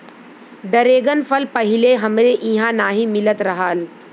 dragon फल पहिले हमरे इहाँ नाही मिलत रहल